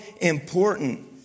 important